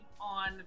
on